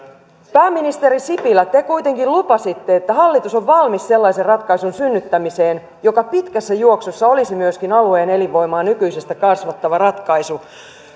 pääministeri sipilä te kuitenkin lupasitte että hallitus on valmis sellaisen ratkaisun synnyttämiseen joka pitkässä juoksussa olisi myöskin alueen elinvoimaa nykyisestä kasvattava ratkaisu